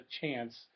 chance